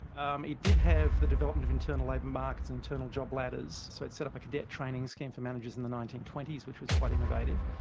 um it did have the development of internal labour markets, internal job ladders, so it set up a cadet training scheme for managers in the nineteen twenty s which was quite innovative.